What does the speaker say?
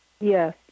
Yes